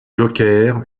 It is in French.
joker